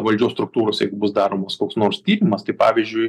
valdžios struktūros jeigu bus daromas koks nors tyrimas tai pavyzdžiui